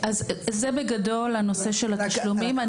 אז זה בגדול הנושא של התשלומים.